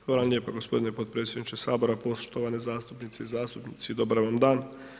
Hvala vam lijepo gospodine podpredsjedniče Sabora, poštovane zastupnice i zastupnici dobar vam dan.